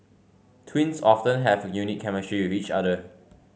twins often have a unique chemistry with each other